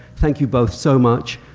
thank you both so much,